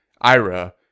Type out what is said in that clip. IRA